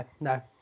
no